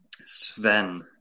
Sven